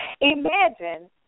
imagine